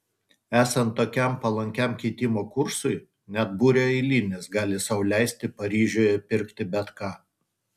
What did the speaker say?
esant tokiam palankiam keitimo kursui net būrio eilinis gali sau leisti paryžiuje pirkti bet ką